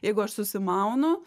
jeigu aš susimaunu